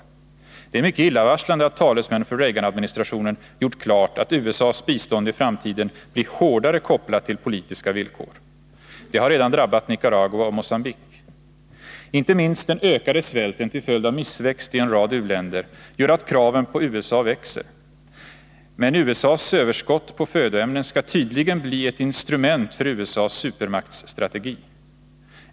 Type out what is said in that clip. Det är mycket illavarslande att talesmän för Reaganadministrationen gjort klart att USA:s bistånd i framtiden blir hårdare kopplat till politiska villkor. Det har redan drabbat Nicaragua och Mogambique. Inte minst den ökade svälten till följd av missväxt i en rad u-länder gör att kraven på USA växer. Men USA:s överskott på födoämnen skall tydligen bli ett instrument för USA:s supermaktsstrategi.